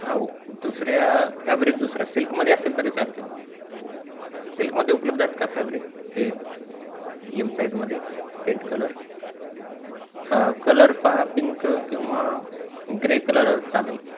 हा दुसऱ्या फॅब्रिक दुसऱ्या सिल्कमध्ये असेल तरी चालते सिल्कमध्ये उपलब्ध आहेत का फॅब्रिक हे यम साइजमध्ये फेंट कलर हां कलर पहा पिंक किंवा ग्रे कलर चालेल